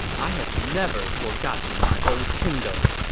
i have never forgotten my old kingdom!